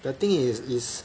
the thing is is